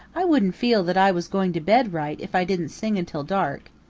i wouldn't feel that i was going to bed right if i didn't sing until dark.